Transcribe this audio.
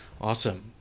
Awesome